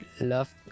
love